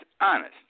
honest